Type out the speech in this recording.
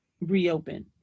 reopen